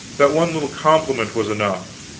that one little compliment was enough.